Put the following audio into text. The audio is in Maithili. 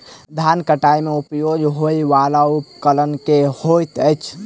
धान कटाई मे उपयोग होयवला उपकरण केँ होइत अछि?